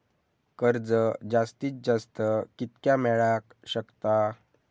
कर्ज जास्तीत जास्त कितक्या मेळाक शकता?